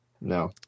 No